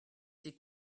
c’est